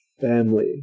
family